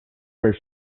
where